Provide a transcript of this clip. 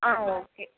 ஆ okay